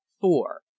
Four